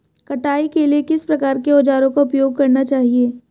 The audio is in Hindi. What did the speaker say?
कटाई के लिए किस प्रकार के औज़ारों का उपयोग करना चाहिए?